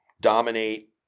dominate